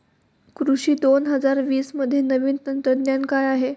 कृषी दोन हजार वीसमध्ये नवीन तंत्रज्ञान काय आहे?